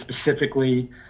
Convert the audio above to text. specifically